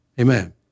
Amen